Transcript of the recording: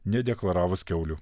nedeklaravus kiaulių